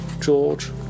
George